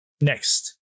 Next